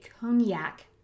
cognac